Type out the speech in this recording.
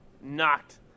knocked